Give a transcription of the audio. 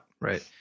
right